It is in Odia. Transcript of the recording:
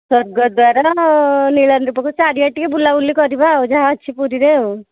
ସ୍ୱର୍ଗଦ୍ଵାର ନୀଳାଦ୍ରୀ ପୋଖରୀ ଚାରିଆଡ଼େ ଟିକିଏ ବୁଲାବୁଲି କରିବା ଆଉ ଯାହା ଅଛି ପୁରୀରେ ଆଉ